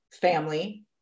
family